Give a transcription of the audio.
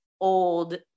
old